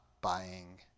buying